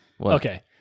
Okay